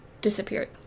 disappeared